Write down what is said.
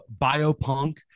biopunk